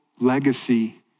legacy